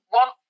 one